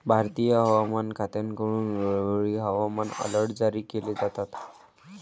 भारतीय हवामान खात्याकडून वेळोवेळी हवामान अलर्ट जारी केले जातात